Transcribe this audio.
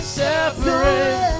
separate